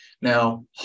Now